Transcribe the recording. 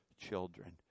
children